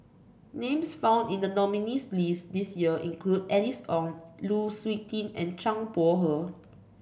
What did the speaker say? names found in the nominees' list this year include Alice Ong Lu Suitin and Zhang Bohe